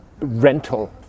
rental